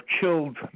killed